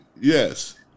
Yes